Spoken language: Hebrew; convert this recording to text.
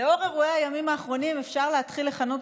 לנוכח אירועי הימים האחרונים אפשר להתחיל לכנות